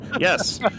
Yes